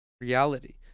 reality